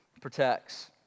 protects